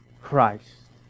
Christ